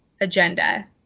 agenda